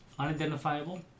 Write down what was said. unidentifiable